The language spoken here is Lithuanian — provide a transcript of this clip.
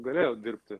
galėjo dirbti